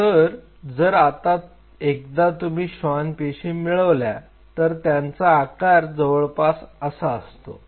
तर जर आता एकदा तुम्ही श्वान पेशी मिळवल्या तर त्यांचा आकार जवळपास असा असतो